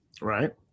right